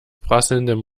prasselndem